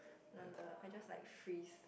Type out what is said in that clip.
no wonder I just like freeze